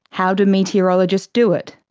how do meteorologists do it?